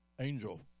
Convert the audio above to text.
angel